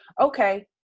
okay